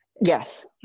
Yes